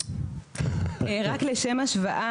רק לשם השוואה,